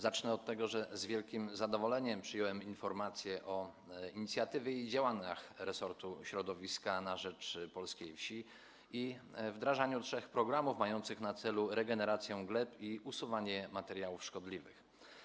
Zacznę od tego, że z wielkim zadowoleniem przyjąłem informację o inicjatywie i działaniach resortu środowiska na rzecz polskiej wsi i wdrażaniu trzech programów mających na celu regenerację gleb i usuwanie materiałów szkodliwych.